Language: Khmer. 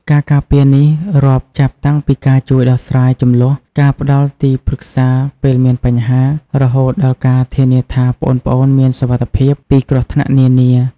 ការការពារនេះរាប់ចាប់តាំងពីការជួយដោះស្រាយជម្លោះ ការផ្ដល់ទីប្រឹក្សាពេលមានបញ្ហា រហូតដល់ការធានាថាប្អូនៗមានសុវត្ថិភាពពីគ្រោះថ្នាក់នានា។